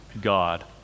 God